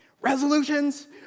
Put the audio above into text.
Resolutions